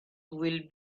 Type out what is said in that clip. will